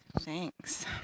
Thanks